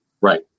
Right